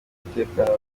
umutekano